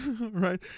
right